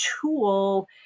tool